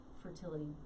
fertility